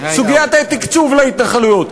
סוגיית תקצוב ההתנחלויות,